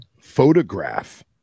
photograph